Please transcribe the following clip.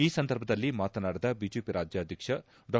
ಈ ಸಂದರ್ಭದಲ್ಲಿ ಮಾತನಾಡಿದ ಬಿಜೆಪಿ ರಾಜ್ಯಾಧ್ವಕ್ಷ ಡಾ